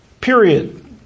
period